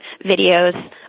videos